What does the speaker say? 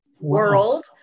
world